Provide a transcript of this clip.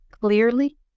clearly